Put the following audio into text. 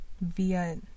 via